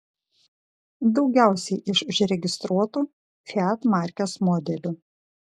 daugiausiai iš užregistruotų fiat markės modelių